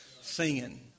singing